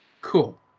Cool